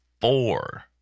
Four